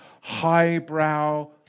highbrow